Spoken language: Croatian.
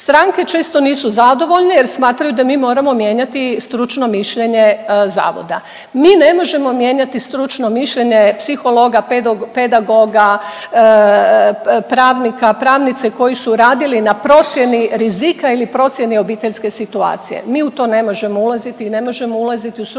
Stranke često nisu zadovoljne jer smatraju da mi moramo mijenjati stručno mišljenje Zavoda. Mi ne možemo mijenjati stručno mišljenje psihologa, pedagoga, pravnika, pravnice koji su radili na procjeni rizika ili procjeni obiteljske situacije. Mi u to ne možemo ulaziti i ne možemo ulaziti u stručno mišljenje